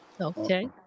Okay